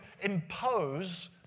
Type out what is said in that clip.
impose